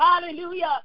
hallelujah